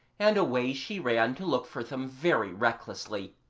and away she ran to look for them very recklessly,